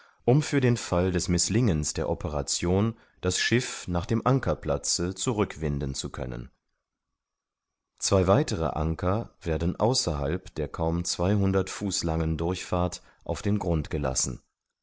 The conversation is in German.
um für den fall des mißlingens der operation das schiff nach dem ankerplatze zurückwinden zu können zwei weitere anker werden außerhalb der kaum zweihundert fuß langen durchfahrt auf den grund gelassen